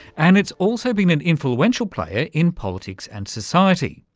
and it's also been an influential player in politics and society.